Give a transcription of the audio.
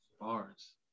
Bars